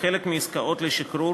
כחלק מעסקאות לשחרור